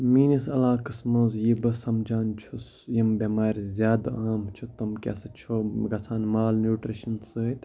میٲنِس علاقَس منٛز یہِ بہٕ سَمجان چھُس یِم بٮ۪مارِ زیادٕ اَہَم چھِ تِم کیٛاہ سا چھِ گژھان مالنیوٗٹِرٛشَن سۭتۍ